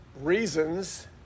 reasons